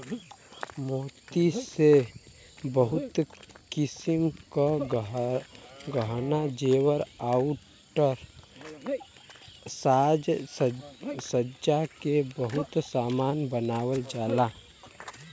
मोती से बहुत किसिम क गहना जेवर आउर साज सज्जा के बहुत सामान बनावल जाला